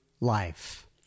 life